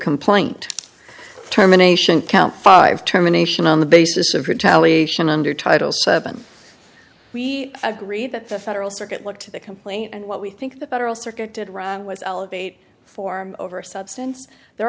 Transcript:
complaint terminations count five terminations on the basis of retaliation under title seven we agreed that the federal circuit what to the complaint and what we think the federal circuit did wrong was elevate form over substance there